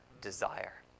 desire